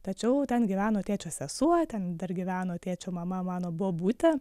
tačiau ten gyveno tėčio sesuo ten dar gyveno tėčio mama mano bobutė